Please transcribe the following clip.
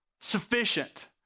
sufficient